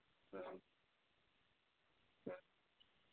ꯎꯝ ꯎꯝ